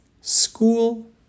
School